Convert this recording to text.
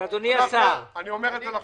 אני אומר את זה לכם בכנות.